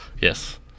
Yes